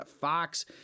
Fox